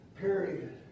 period